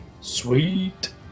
Sweet